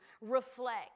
reflect